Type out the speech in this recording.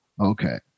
Okay